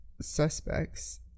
suspects